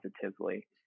positively